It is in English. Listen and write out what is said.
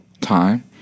Time